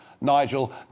Nigel